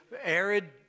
arid